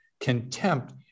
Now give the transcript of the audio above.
contempt